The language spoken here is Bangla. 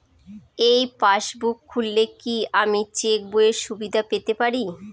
এই পাসবুক খুললে কি আমি চেকবইয়ের সুবিধা পেতে পারি?